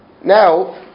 Now